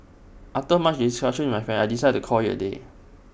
after much discussion with my family I've decided to call IT A day